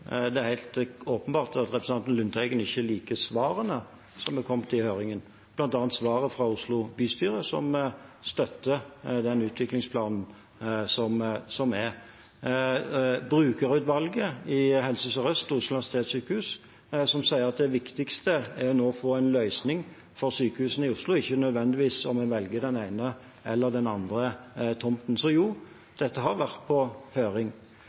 det er helt åpenbart at representanten Lundteigen ikke liker svarene som er kommet i høringen, bl.a. svaret fra Oslo bystyre, som støtter den utviklingsplanen som foreligger. Brukerutvalget i Helse Sør-Øst, Oslo universitetssykehus, sier at det viktigste nå er å få en løsning for sykehusene i Oslo, ikke nødvendigvis om en velger den ene eller den andre tomten. Så jo, dette har vært på høring.